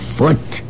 foot